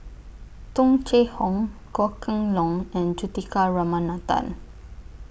Tung Chye Hong Goh Kheng Long and Juthika Ramanathan